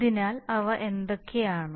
അതിനാൽ അവ എന്തൊക്കെയാണ്